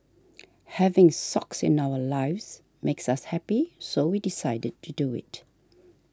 having Socks in our lives makes us happy so we decided to do it